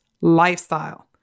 lifestyle